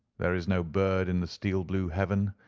there is no bird in the steel-blue heaven,